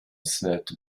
said